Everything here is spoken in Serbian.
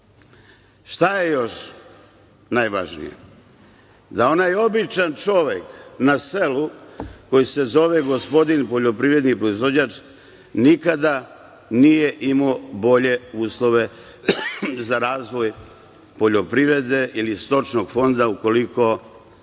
je još najvažnije? Da onaj običan čovek na selu, koji se zove gospodin poljoprivredni proizvođač, nikada nije imao bolje uslove za razvoj poljoprivrede ili stočnog fonda ukoliko ima